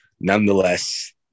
nonetheless